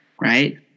right